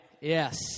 yes